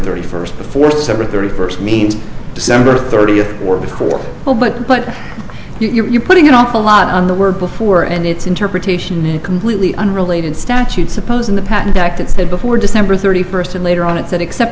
thirty first before seven thirty first means december thirtieth or before well but but you're putting an awful lot on the word before and its interpretation is completely unrelated statute supposing the patent act and stood before december thirty first and later on it said except